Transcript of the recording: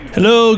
Hello